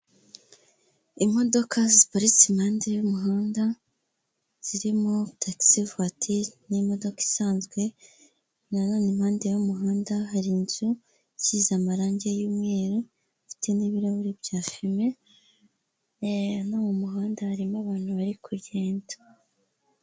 Imodoka ziparitse imande y'umuhanda, zirimo tagisi vatiri n'imodoka isanzwe, na none imande y'umuhanda hari inzu isize amarange y'umweru, ifite n'ibirahuri bya fime no mu muhanda harimo abantu bari kujyenda.